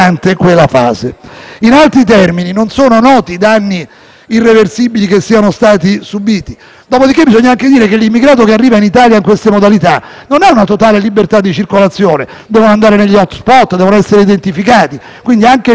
Dopodiché bisogna anche dire che l'immigrato che arriva in Italia con queste modalità non ha una totale libertà di circolazione: deve andare negli *hotspot,* deve essere identificato, per cui anche il concetto di libera circolazione ha delle limitazioni che le stesse convenzioni internazionali hanno